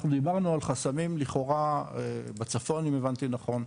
אנחנו דיברנו על חסמים לכאורה בצפון אם הבנתי נכון,